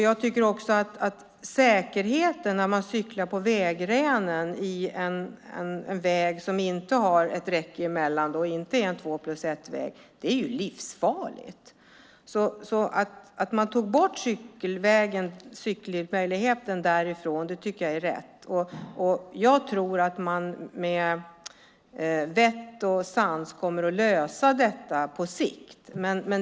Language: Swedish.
Jag tänker också på hur säkerheten är när man cyklar på vägrenen på en väg som inte har ett räcke emellan och inte är en två-plus-ett-väg. Det är livsfarligt. Att man tog bort cyklingsmöjligheten därifrån tycker jag är rätt. Jag tror att man med vett och sans kommer att lösa detta på sikt.